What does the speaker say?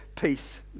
peace